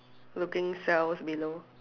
looking cells below